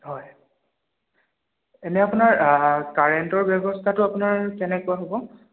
হয় এনেই আপোনাৰ কাৰেণ্টৰ ব্যৱস্থাটো আপোনাৰ কেনেকুৱা হ'ব